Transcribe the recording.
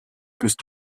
bist